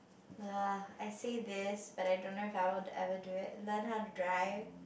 ya I say this but I don't know if I were to ever do it learn how to drive